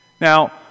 Now